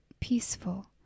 peaceful